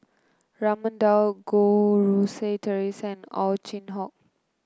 Raman Daud Goh Rui Si Theresa Ow Chin Hock